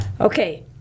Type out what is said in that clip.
Okay